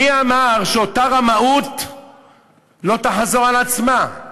מי אמר שאותה רמאות לא תחזור על עצמה?